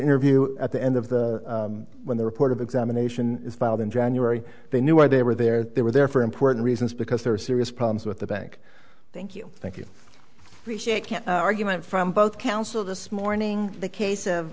interview at the end of the when the report of examination is filed in january they knew where they were there they were there for important reasons because there are serious problems with the bank thank you thank you argument from both counsel this morning the case of